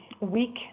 weak